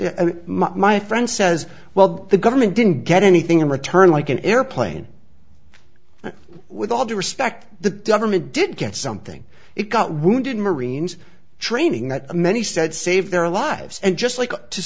is my friend says well the government didn't get anything in return like an airplane with all due respect the government did get something it got wounded marines training that many said saved their lives and just like to